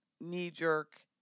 knee-jerk